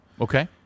Okay